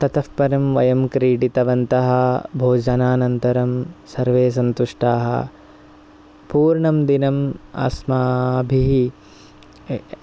ततः परं वयं क्रीडितवन्तः भोजनानन्तरम् सर्वे सन्तुष्टाः पूर्णं दिनम् अस्माभिः